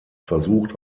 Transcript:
versucht